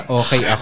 okay